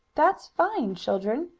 that's fine, children!